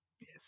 Yes